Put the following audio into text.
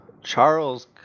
Charles